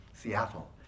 Seattle